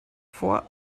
vor